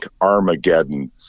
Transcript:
Armageddon